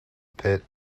pit